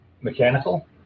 Mechanical